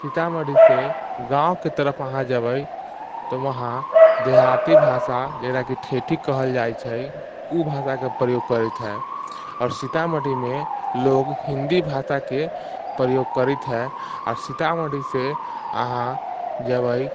सीतामढ़ीसँ गाँवके तरफ अहाँ जेबै तऽ वहाँ देहाती भाषा जकराकि ठेठी कहल जाइ छै ओ भाषाके प्रयोग करैत हइ आओर सीतामढ़ीमे लोक हिन्दी भाषाके प्रयोग करैत हइ आओर सीतामढ़ीसँ अहाँ जेबै